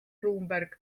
bloomberg